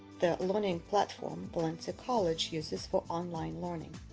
the learning platform valencia college uses for online learning.